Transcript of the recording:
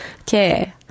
Okay